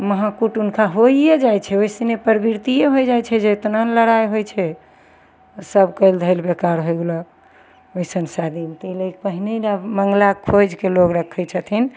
महा कुटुम्बके होइए जाइ छै वैसने प्रवृत्तिये होइ जाइ छै जे इतना ने लड़ाइ होइ छै सब कयल धयल बेकार होइ गेलौ वैसन शादीमे तऽ अइ लऽके पहिने मंगला खोजिके लोक रखय छथिन